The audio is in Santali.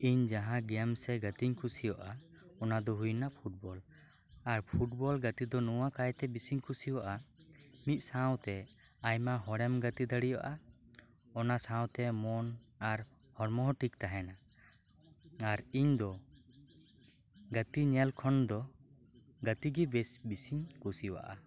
ᱤᱧ ᱡᱟᱦᱟᱸ ᱜᱮᱢ ᱥᱮ ᱜᱟᱛᱮᱧ ᱠᱩᱥᱤᱭᱟᱜᱼᱟ ᱚᱱᱟ ᱫᱚ ᱦᱩᱭ ᱮᱱᱟ ᱯᱷᱩᱴ ᱵᱚᱞ ᱟᱨ ᱯᱷᱩᱴ ᱵᱚᱞ ᱜᱟᱛᱮ ᱫᱚ ᱱᱚᱶᱟ ᱠᱟᱭᱛᱮ ᱵᱤᱥᱤᱧ ᱠᱩᱥᱤᱭᱟᱜᱼᱟ ᱢᱤᱫ ᱥᱟᱶ ᱛᱮ ᱟᱭᱢᱟ ᱦᱚᱲᱮᱢ ᱜᱟᱛᱮ ᱫᱟᱲᱮᱭᱟᱟᱜᱼᱟ ᱚᱱᱟ ᱥᱟᱶᱛᱮ ᱢᱚᱱ ᱟᱨ ᱦᱚᱲᱢᱚ ᱦᱚᱸ ᱴᱷᱤᱠ ᱛᱟᱦᱮᱱᱟ ᱟᱨ ᱤᱧ ᱫᱚ ᱜᱟᱛᱮ ᱧᱮᱞ ᱠᱷᱚᱱ ᱫᱚ ᱜᱟᱛᱮ ᱜᱮ ᱵᱮᱥ ᱵᱮᱥᱤᱧ ᱠᱩᱥᱤᱭᱟᱜᱼᱟ